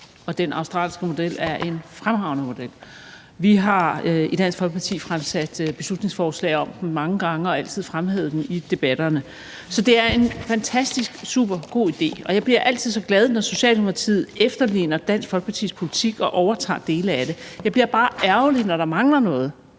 den australske model er en fremragende model. Vi har i Dansk Folkeparti fremsat beslutningsforslag om den mange gange og altid fremhævet den i debatterne. Så det er en fantastisk, supergod idé, og jeg bliver altid så glad, når Socialdemokratiet efterligner Dansk Folkepartis politik og overtager dele af den. Jeg bliver bare ærgerlig, når der mangler noget,